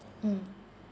mm